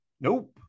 nope